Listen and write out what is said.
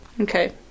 Okay